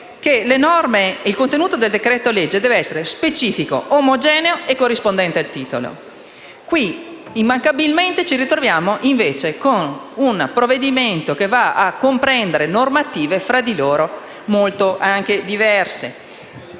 il contenuto del decreto-legge deve essere «specifico, omogeneo e corrispondente al titolo». Immancabilmente ci ritroviamo, invece, con un provvedimento che comprende normative tra di loro molto diverse.